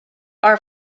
are